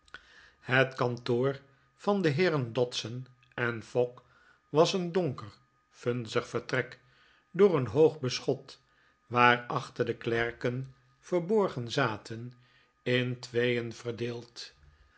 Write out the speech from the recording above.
het kantoor van de heeren dodson en fogg was een donker vunzig vertrek door een hoog beschot waarachter de klerken verborgen zaten in tweeen verdeeld